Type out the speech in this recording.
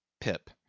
Pip